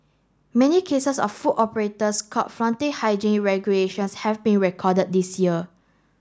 many cases of food operators caught flouting hygiene regulations have been recorded this year